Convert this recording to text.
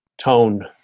tone